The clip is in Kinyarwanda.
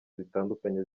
zitandukanye